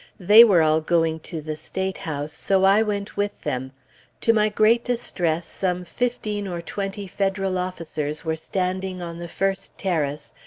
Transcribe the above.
they were all going to the state house, so i went with them to my great distress, some fifteen or twenty federal officers were standing on the first terrace,